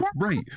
right